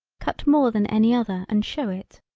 cut more than any other and show it.